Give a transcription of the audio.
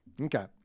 Okay